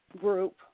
group